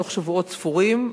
בתוך שבועות ספורים,